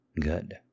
Good